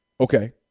Okay